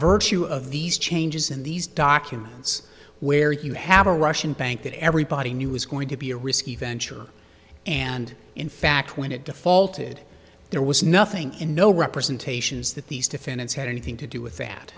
virtue of these changes in these documents where you have a russian bank that everybody knew was going to be a risky venture and in fact when it defaulted there was nothing in no representations that these defendants had anything to do with